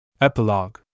Epilogue